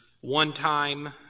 one-time